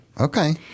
Okay